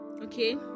Okay